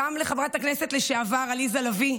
גם לחברת הכנסת לשעבר עליזה לביא,